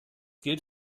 gilt